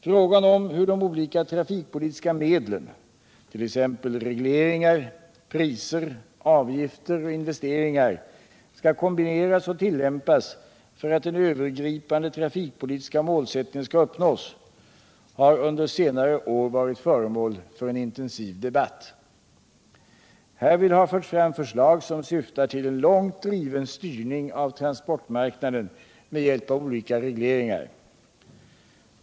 Frågan om hur de olika trafikpolitiska medlen — t.ex. regleringar, priser, avgifter och investeringar — skall kombineras och tillämpas för att den övergripande trafikpolitiska målsättningen skall uppnås har under senare år varit föremål för en intensiv debatt. Härvid har förts fram förslag som syftar till en långt driven styrning av transportmarknaden med hjälp av olika regleringar.